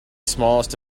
smallest